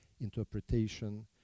interpretation